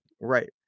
Right